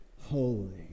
holy